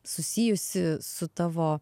susijusi su tavo